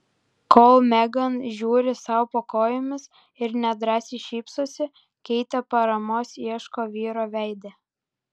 kol megan žiūri sau po kojomis ir nedrąsai šypsosi keitė paramos ieško vyro veide